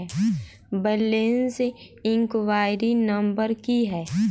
Balance enquiry number की है?